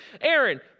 Aaron